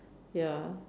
ya